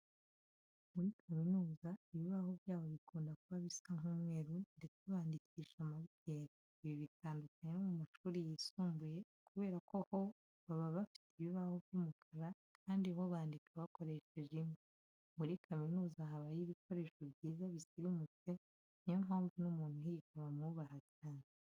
Muri kaminuza ibibaho byaho bikunda kuba bisa nk'umweru ndetse bandikisha marikeri. Ibi bitandukanye no mu mashuri yisumbuye kubera ko ho baba bafite ibibaho by'umukara kandi ho bandika bakoresheje ingwa. Muri kaminuza habayo ibikoresho byiza bisirimutse, niyo mpamvu n'umuntu uhiga bamwubaha cyane.